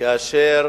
כאשר